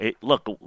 Look